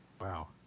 Wow